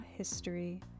history